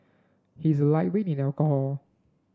he is a lightweight in alcohol